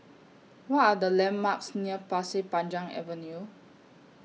What Are The landmarks near Pasir Panjang Avenue